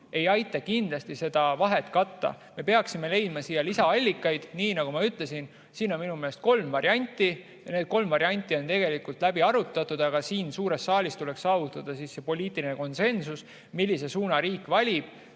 ei aita kindlasti seda vahet katta. Me peaksime leidma siia lisaallikaid. Nagu ma ütlesin, siin on minu meelest kolm varianti. Need kolm varianti on läbi arutatud, aga siin suures saalis tuleks saavutada poliitiline konsensus, millise suuna riik valib.